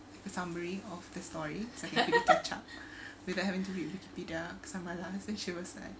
like a summary of the story cause I couldn't catch up without having to be dark somewhere lah and she was like